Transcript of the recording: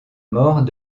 mort